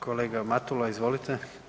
Kolega Matula izvolite.